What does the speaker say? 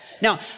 Now